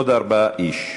עוד ארבעה איש.